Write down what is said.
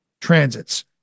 transits